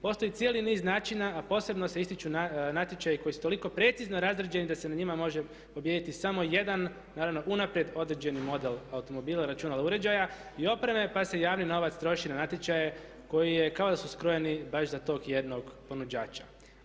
Postoji cijeli niz načina, a posebno se ističu natječaji koji su toliko precizno razrađeni da na njima može pobijediti samo jedan naravno unaprijed određeni model automobila, računala, uređaja i opreme pa se javni novac troši na natječaje koji kao da su skrojeni baš za tog jednog ponuđača.